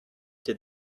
did